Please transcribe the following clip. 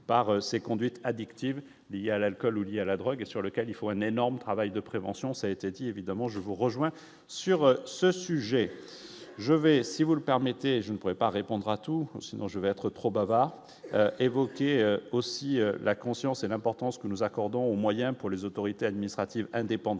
par ces conduites addictives, mais il y a l'alcool ou liés à la drogue sur lequel il faut un énorme travail de prévention, ça a été dit, évidemment je vous rejoins sur ce sujet, je vais, si vous le permettez, je ne pourrais pas répondre à tout, sinon je vais être trop bavard évoquer aussi la conscience et l'importance que nous accordons aux moyens pour les autorités administratives indépendantes,